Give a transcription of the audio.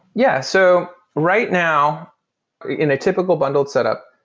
yeah. so right now in a typical bundled setup,